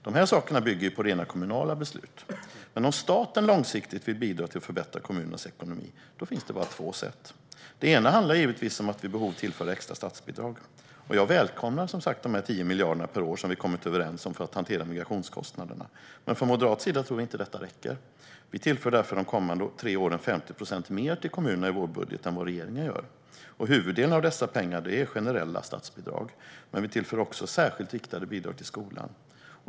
De här sakerna bygger ju på rena kommunala beslut. Men om staten långsiktigt vill bidra till att förbättra kommunernas ekonomi finns det bara två sätt. Det handlar givetvis om att vid behov tillföra extra statsbidrag, och jag välkomnar som sagt de 10 miljarderna per år som vi kommit överens om för att hantera migrationskostnaderna. Men från moderat sida tror vi inte att detta räcker. Vi tillför därför de kommande tre åren 50 procent mer till kommunerna i vår budget än vad regeringen gör. Huvuddelen av dessa pengar är generella statsbidrag. Men vi tillför också särskilt riktade bidrag till skolan.